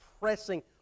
pressing